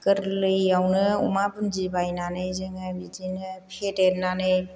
गोरलैयावनो अमा बुन्दि बायनानै जोङो बिदिनो फेदेरनानै